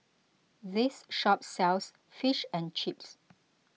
this shop sells Fish and Chips